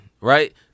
right